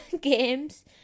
games